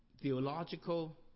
theological